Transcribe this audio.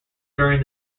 during